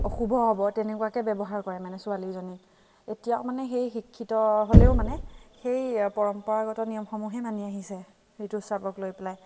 অশুভ হ'ব তেনেকুৱাকৈ ব্যৱহাৰ কৰে মানে ছোৱালীজনীক এতিয়াও মানে শিক্ষিত হ'লেও মানে সেই পৰম্পৰাগত নিয়মসমূহে মানি আহিছে ঋতুস্ৰাৱক লৈ পেলাই